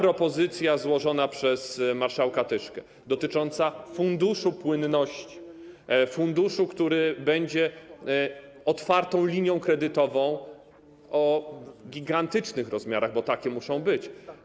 Chodzi o złożoną przez marszałka Tyszkę propozycję dotyczącą funduszu płynności, funduszu, który będzie otwartą linią kredytową o gigantycznych rozmiarach, bo takie muszą być.